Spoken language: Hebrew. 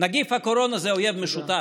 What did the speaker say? נגיף הקורונה זה אויב משותף,